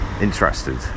Interested